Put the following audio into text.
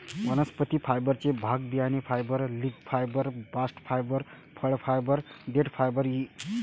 वनस्पती फायबरचे भाग बियाणे fibre, leaf fibre, bast fibre, फळ फायबर, देठ फायबर इ